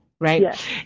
Right